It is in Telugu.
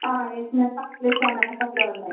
ఎస్ మేడం ఆఫర్లో ఉన్నాయి